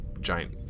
giant